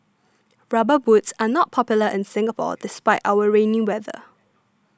rubber boots are not popular in Singapore despite our rainy weather